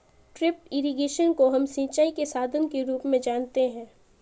drip irrigation को हम सिंचाई के साधन के रूप में जानते है